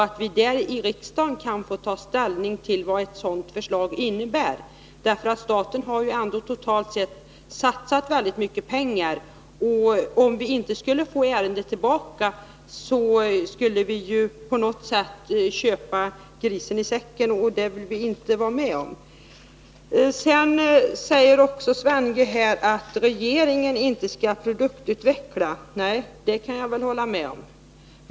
Vi vill här i riksdagen ta ställning till vad ett förslag innebär, eftersom staten ändå totalt sett satsat mycket pengar. Kommer inte ärendet tillbaka, skulle vi på något sätt köpa grisen i säcken, och det vill vi inte vara med om. Sven Andersson sade också att regeringen inte skall produktutveckla, och det kan jag väl hålla med om.